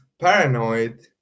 paranoid